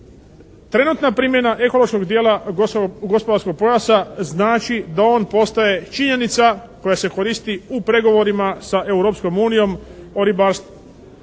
trenutna primjena ekološkog dijela gospodarskog pojasa znači da on postaje činjenica koja se koristi u pregovorima sa Europskom unijom o ribarstvu.